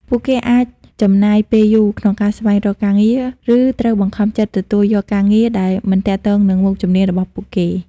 ពួកគេអាចចំណាយពេលយូរក្នុងការស្វែងរកការងារ ឬត្រូវបង្ខំចិត្តទទួលយកការងារដែលមិនទាក់ទងនឹងមុខជំនាញរបស់ពួកគេ។